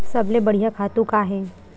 सबले बढ़िया खातु का हे?